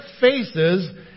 faces